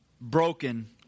broken